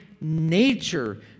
nature